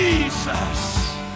Jesus